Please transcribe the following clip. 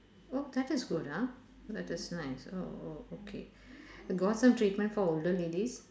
oh that is good ah that is nice oh oh okay got some treatment for older ladies